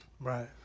Right